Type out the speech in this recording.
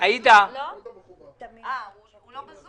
לא יודעת